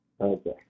Okay